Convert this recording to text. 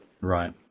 Right